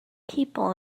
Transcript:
people